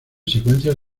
secuencias